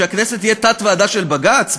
שהכנסת תהיה תת-ועדה של בג"ץ?